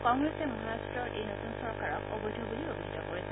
কংগ্ৰেছে মহাৰাট্টৰ এই নতুন চৰকাৰক অবৈধ বুলি অভিহিত কৰিছে